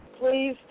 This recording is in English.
Please